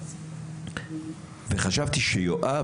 וחשבתי שיואב,